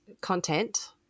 content